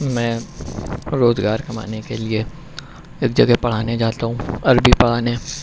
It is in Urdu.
میں روزگار کمانے کے لیے ایک جگہ پڑھانے جاتا ہوں عربی پڑھانے